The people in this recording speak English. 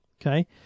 okay